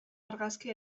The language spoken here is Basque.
argazki